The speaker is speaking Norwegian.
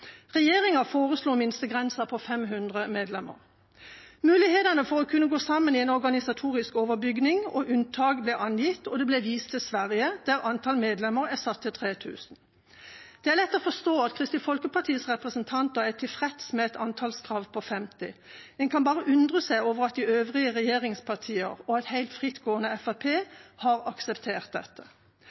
Regjeringa foreslo en minstegrense på 500 medlemmer. Mulighetene for å kunne gå sammen i en organisatorisk overbygning og unntak ble angitt, og det ble vist til Sverige, der antall medlemmer er satt til 3 000. Det er lett å forstå at Kristelig Folkepartis representanter er tilfreds med et antallskrav på 50. En kan bare undre seg over at de øvrige regjeringspartier og et helt frittgående Fremskrittsparti har akseptert dette.